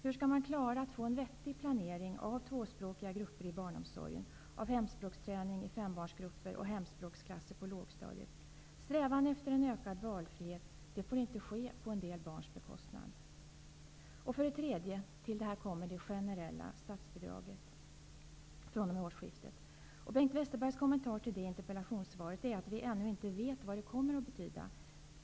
Hur skall man klara att få en vettig planering av tvåspråkiga grupper i barnomsorgen, hemspråksträning i fembarnsgrupper och hemspråksklasser på lågstadiet? Strävan efter ökad valfrihet får inte ske på en del barns bekostnad. För det tredje kommer dessutom det generella statsbidragssystemet fr.o.m. årsskiftet. Bengt Westerbergs kommentar till detta i interpellationssvaret är att vi ännu inte vet vad det kommer att betyda.